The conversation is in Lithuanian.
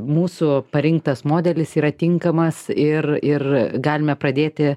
mūsų parinktas modelis yra tinkamas ir ir galime pradėti